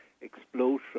explosion